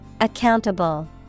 Accountable